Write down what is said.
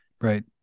Right